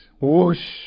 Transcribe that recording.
Whoosh